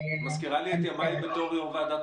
את מזכירה לי את ימיי בתור יו"ר ועדת